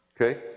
Okay